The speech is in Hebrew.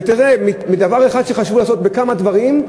ותראה, מדבר אחד שחשבו לעשות כמה דברים,